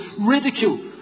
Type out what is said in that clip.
ridicule